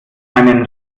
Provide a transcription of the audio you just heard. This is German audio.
meinen